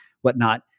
whatnot